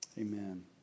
Amen